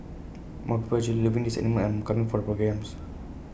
more people are actually loving these animals and coming for the programmes